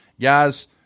guys